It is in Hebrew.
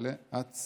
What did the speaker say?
אינה נוכחת,